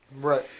Right